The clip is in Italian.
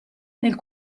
nel